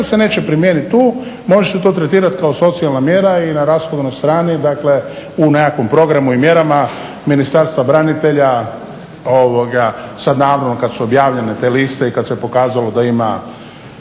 Ako se neće primijeniti tu može se to tretirati kao socijalna mjera i na rashodovnoj strani, dakle u nekakvom programu i mjerama Ministarstva branitelja, sad naravno kad su objavljene te liste i kad se pokazalo da ima